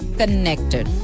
connected